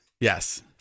yes